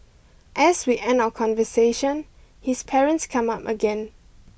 as we end our conversation his parents come up again